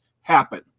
happen